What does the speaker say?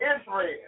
Israel